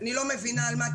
אני לא מבינה על מה,